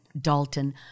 Dalton